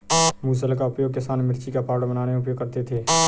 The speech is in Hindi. मुसल का उपयोग किसान मिर्ची का पाउडर बनाने में उपयोग करते थे